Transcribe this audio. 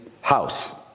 house